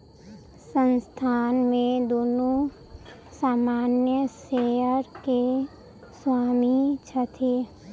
संस्थान में दुनू सामान्य शेयर के स्वामी छथि